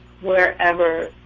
wherever